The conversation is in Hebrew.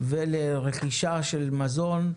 ולרכישה של מזון,